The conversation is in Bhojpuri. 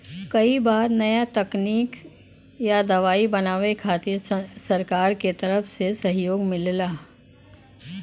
कई बार नया तकनीक या दवाई बनावे खातिर सरकार के तरफ से सहयोग मिलला